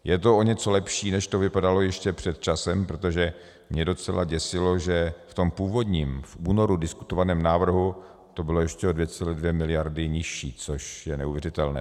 Je to o něco lepší, než to vypadalo ještě před časem, protože mě docela děsilo, že v tom původním, v únoru diskutovaném návrhu to bylo ještě o 2,2 miliardy nižší, což je neuvěřitelné.